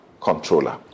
controller